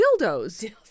Dildos